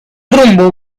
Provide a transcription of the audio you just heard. rumbo